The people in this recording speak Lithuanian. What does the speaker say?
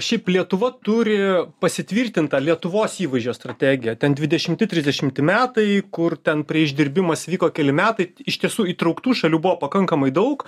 šiaip lietuva turi pasitvirtintą lietuvos įvaizdžio strategiją ten dvidešimti trisdešimti metai kur ten prie išdirbimas vyko keli metai iš tiesų įtrauktų šalių buvo pakankamai daug